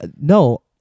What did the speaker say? No